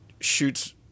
shoots